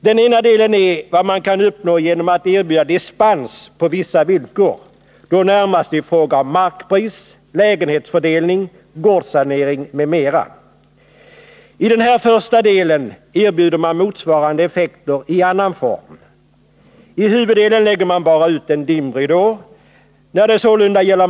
Den ena delen är vad man kan uppnå genom att erbjuda dispens på vissa villkor, närmast i fråga om markpris, lägenhetsfördelning, gårdssanering m.m. I den här första delen erbjuder man motsvarande effekter i annan form. I huvuddelen lägger man bara ut en dimridå.